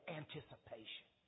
anticipation